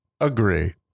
agree